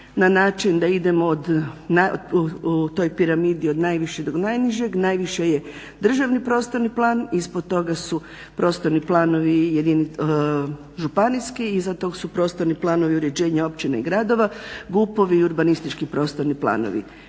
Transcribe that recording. na način da idemo u toj piramidi od najvišeg do najnižeg, najviše je državni prostorni plan, ispod toga su prostorni planovi županijski, iza tog su prostorni uređenja općina i gradova, GUP-ovi i urbanistički prostorni planovi.